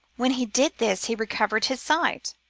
when he did this he recovered his sight.